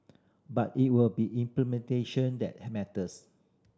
but it will be implementation that matters